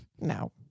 No